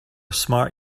smart